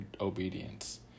obedience